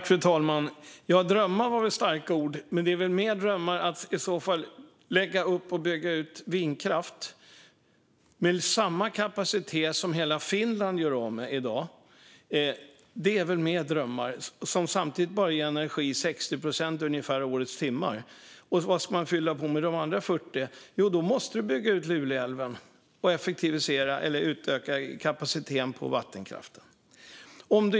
Fru talman! Drömmar var ett starkt ord. Då är det väl i så fall mer av en dröm att bygga ut vindkraft med samma kapacitet som hela Finland gör av med i dag och som samtidigt bara ger energi ungefär 60 procent av årets timmar. Vad ska man fylla på med de övriga 40 procenten? Jo, om du inte vill ha kärnkraft måste du i så fall bygga ut Luleälven och effektivisera eller utöka kapaciteten på vattenkraften.